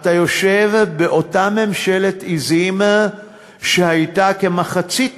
אתה יושב באותה ממשלת עזים שהייתה כמחצית